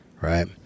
Right